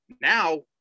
Now